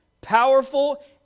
powerful